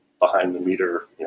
behind-the-meter